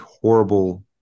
horrible